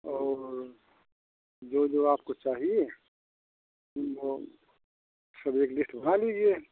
और जो जो आपको चाहिए जी वो सब एक लिस्ट बना लीजिए